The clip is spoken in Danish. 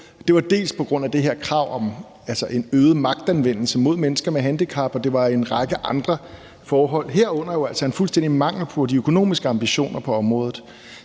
Det var dels på grund af det her med øget magtanvendelse mod mennesker med handicap, dels en række andre forhold, herunder altså en fuldstændig mangel på økonomiske ambitioner på området.